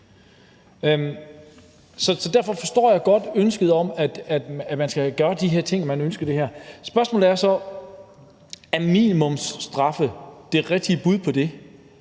Derfor forstår jeg godt ønsket om, at man skal gøre de her ting, altså at man ønsker det her. Spørgsmålet er så, om minimumsstraffe er det rigtige bud på en